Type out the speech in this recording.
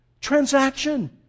transaction